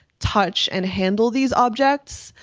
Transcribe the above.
touch and handle these objects.